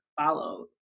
follow